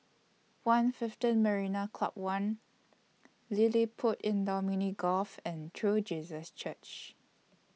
one fiveteen Marina Club one LilliPutt Indoor Mini Golf and True Jesus Church